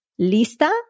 Lista